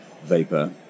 vapor